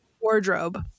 wardrobe